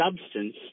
substance